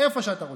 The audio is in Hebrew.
איפה שאתה רוצה.